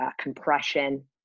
compression